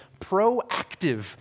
proactive